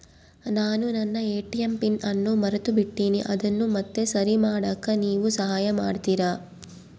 ನಾನು ನನ್ನ ATM PIN ಅನ್ನು ಮರೆತುಬಿಟ್ಟೇನಿ ಅದನ್ನು ಮತ್ತೆ ಸರಿ ಮಾಡಾಕ ನೇವು ಸಹಾಯ ಮಾಡ್ತಿರಾ?